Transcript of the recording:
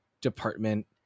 department